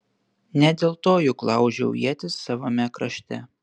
ne dėl to juk laužiau ietis savame krašte